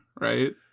right